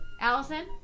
Allison